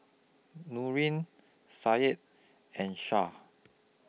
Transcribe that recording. Nurin Said and Syah